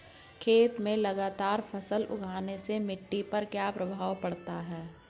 खेत में लगातार फसल उगाने से मिट्टी पर क्या प्रभाव पड़ता है?